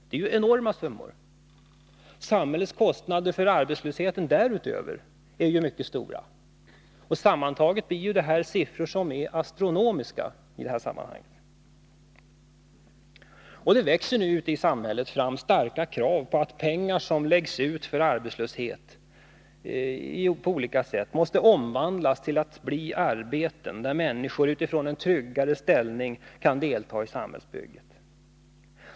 Det är ju enorma summor. Samhällets kostnader för arbetslösheten därutöver är mycket stora. Sammantaget blir det siffror som är astronomiska i det här sammanhanget. Och det växer nu i samhället fram starka krav på att de pengar som på olika sätt läggs ut på arbetslöshet måste omvandlas till arbeten där människor utifrån en tryggare ställning kan delta i samhällsbygget.